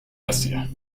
asia